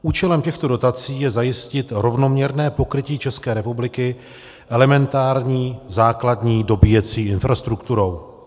Účelem těchto dotací je zajistit rovnoměrné pokrytí České republiky elementární základní dobíjecí infrastrukturou.